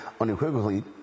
unequivocally